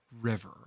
River